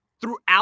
throughout